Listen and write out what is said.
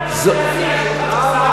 הסיעה שלך עושה?